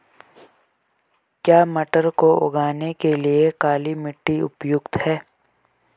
क्या मटर को उगाने के लिए काली मिट्टी उपयुक्त है?